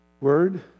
word